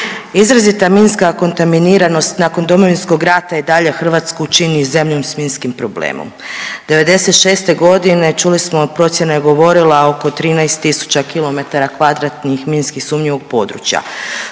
Izrazita minska kontaminiranost nakon Domovinskom rata i dalje Hrvatsku čini zemljom s minskim problemom. '96. godine čuli smo procjena je govorila oko 13 tisuća kilometara kvadratnih minski sumnjivog područja.